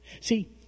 See